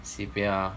see 对 ah